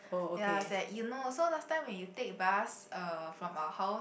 ya it's at Eunos so last time when you take bus uh from our house